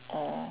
oh